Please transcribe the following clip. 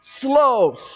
Slow